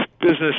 business